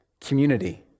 community